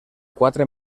quatre